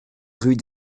rue